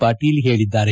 ಪಾಟೀಲ್ ಹೇಳಿದ್ದಾರೆ